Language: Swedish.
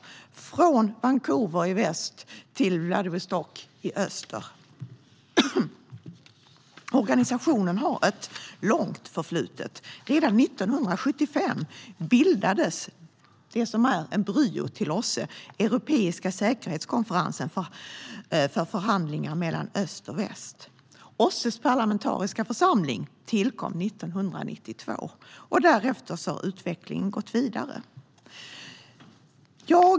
Geografiskt spänner den från Vancouver i väst till Vladivostok i öst. Organisationen har ett långt förflutet. Redan 1975 bildades det som var embryot till OSSE, Europeiska säkerhetskonferensen, för förhandlingar mellan öst och väst. OSSE:s parlamentariska församling tillkom 1992, och därefter har utvecklingen gått vidare.